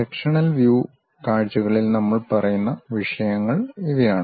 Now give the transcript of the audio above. sectional view കാഴ്ചകളിൽ നമ്മൾ പറയുന്ന വിഷയങ്ങൾ ഇവയാണ്